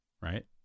Right